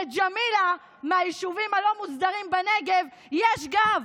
לג'מילה מהיישובים הלא-מוסדרים בנגב יש גב,